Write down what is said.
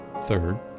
third